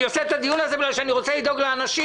אני עורך את הדיון הזה בגלל שאני רוצה לדאוג לאנשים.